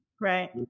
Right